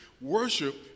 Worship